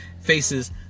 faces